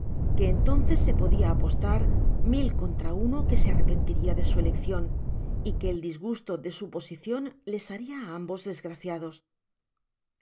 que entonces se podia apostar mil contra uno que se arrepentiria de su eleccion y que el disgusto de su posicion les baria á ambos desgraciados